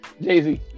Jay-Z